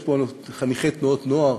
יש פה חניכי תנועות נוער,